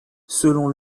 selon